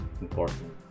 important